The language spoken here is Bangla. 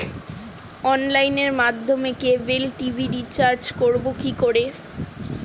অনলাইনের মাধ্যমে ক্যাবল টি.ভি রিচার্জ করব কি করে?